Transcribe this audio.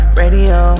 radio